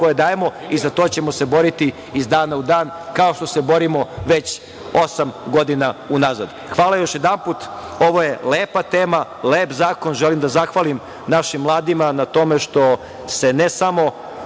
koje dajemo i za to ćemo se boriti iz dana u dan, kao što se borimo već osam godina unazad. Hvala još jednom. Ovo je lepa tema, lep zakon. Želim da zahvalim našim mladima na tome što se ne samo